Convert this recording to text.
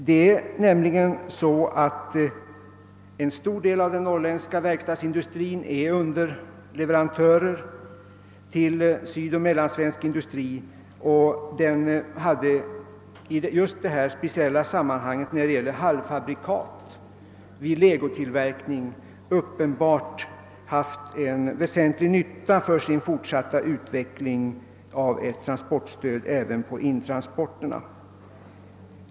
Det är nämligen så att en stor del av den norrländska verkstadsindustrin är underleverantörer till sydoch mellansvensk industri, och den skulle i just detta sammanhang när det gäller halvfabrikat vid legotillverkning ha en väsentlig nytta för sin fortsatta utveckling av ett transportstöd även i fråga om intransporterna.